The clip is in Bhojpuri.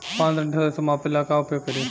पाँच टन सरसो मापे ला का उपयोग करी?